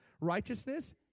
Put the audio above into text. Righteousness